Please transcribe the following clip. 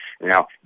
Now